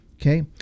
Okay